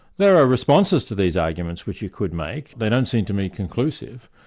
there are responses to these arguments which you could make, they don't seem to me conclusive.